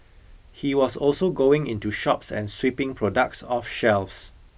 he was also going into shops and sweeping products off shelves